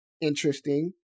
Interesting